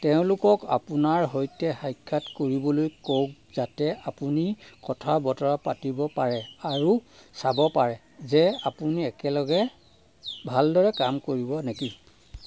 তেওঁলোকক আপোনাৰ সৈতে সাক্ষাৎ কৰিবলৈ কওক যাতে আপুনি কথা বতৰা পাতিব পাৰে আৰু চাব পাৰে যে আপুনি একেলগে ভালদৰে কাম কৰিব নেকি